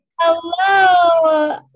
hello